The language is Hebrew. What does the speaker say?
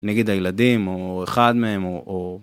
נגד הילדים, או אחד מהם, או...